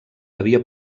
havia